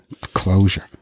Closure